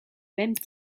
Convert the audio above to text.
même